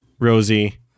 Rosie